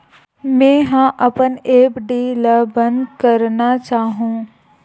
मेंहा अपन एफ.डी ला बंद करना चाहहु